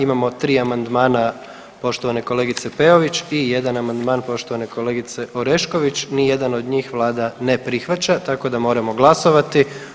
Imamo tri amandmana poštovane kolegice Peović i jedan amandman poštovane kolegice Orešković nijedan od njih vlada ne prihvaća, tako da moramo glasovati.